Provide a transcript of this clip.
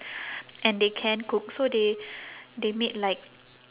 and they can cook so they they made like